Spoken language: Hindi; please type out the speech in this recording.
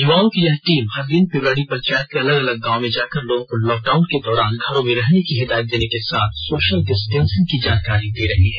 यूवाओं की यह टीम हर दिन पिपराडीह पंचायत के अलग अलग गांव में जाकर लोगों को लॉकडाउन के दौरान घरों में रहने की हिदायत देने के साथ सोशल डिस्टेंसिंग की जानकारी दे रही है